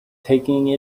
taking